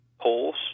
polls